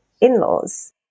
in-laws